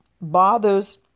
bothers